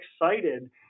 excited